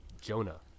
Jonah